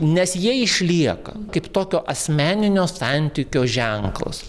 nes jie išlieka kaip tokio asmeninio santykio ženklas